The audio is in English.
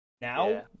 now